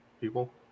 people